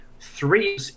Three